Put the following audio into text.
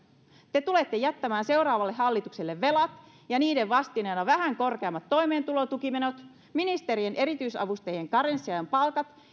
te tulette jättämään seuraavalle hallitukselle velat ja niiden vastineena vähän korkeammat toimeentulotukimenot ministerien erityisavustajien karenssiajan palkat